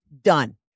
Done